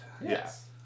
yes